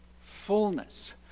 fullness